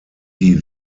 die